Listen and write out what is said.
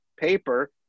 paper